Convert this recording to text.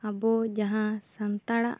ᱟᱵᱚ ᱡᱟᱦᱟᱸ ᱥᱟᱱᱛᱟᱲᱟᱜ